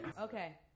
Okay